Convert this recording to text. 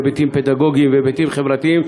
היבטים פדגוגיים והיבטים חברתיים,